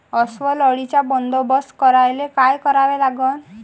अस्वल अळीचा बंदोबस्त करायले काय करावे लागन?